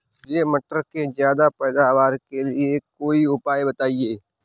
मुझे मटर के ज्यादा पैदावार के लिए कोई उपाय बताए?